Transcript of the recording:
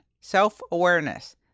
self-awareness